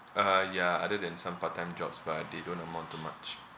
(uh huh) ya other than some part time jobs but they don't amount to much